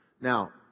now